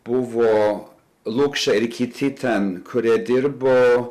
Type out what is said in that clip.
buvo lukša ir kiti ten kurie dirbo